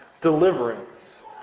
deliverance